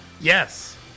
Yes